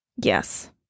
Yes